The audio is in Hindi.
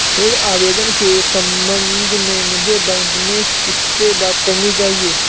ऋण आवेदन के संबंध में मुझे बैंक में किससे बात करनी चाहिए?